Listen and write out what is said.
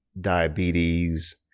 diabetes